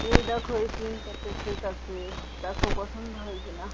এই দেখো এই তিন চারটে সেট আছে দেখো পছন্দ হয় কিনা